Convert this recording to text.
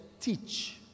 teach